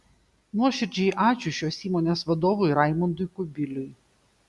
nuoširdžiai ačiū šios įmonės vadovui raimundui kubiliui